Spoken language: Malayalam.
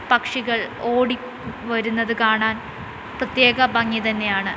പക്ഷികൾ ഓടി വരുന്നത് കാണാൻ പ്രത്യേക ഭംഗി തന്നെയാണ്